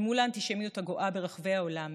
אל מול האנטישמיות הגואה ברחבי העולם,